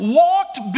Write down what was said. walked